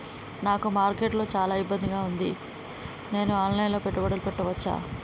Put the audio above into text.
నాకు మార్కెట్స్ లో చాలా ఇబ్బందిగా ఉంది, నేను ఆన్ లైన్ లో పెట్టుబడులు పెట్టవచ్చా?